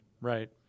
Right